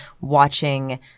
watching